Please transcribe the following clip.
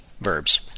verbs